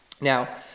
Now